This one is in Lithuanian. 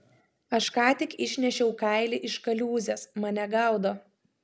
aš ką tik išnešiau kailį iš kaliūzės mane gaudo